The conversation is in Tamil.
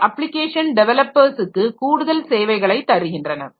அவை அப்ளிகேஷன் டெவலப்பர்ஸுக்கு கூடுதல் சேவைகளை தருகின்றன